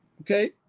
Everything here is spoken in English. Okay